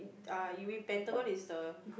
ah you mean Pentagon is the